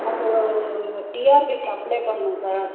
எனக்கு டிஆர்பிக்கு அப்ளே பண்ணணும் சார்